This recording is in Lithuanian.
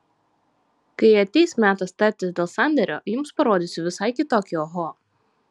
kai ateis metas tartis dėl sandėrio jums parodysiu visai kitokį oho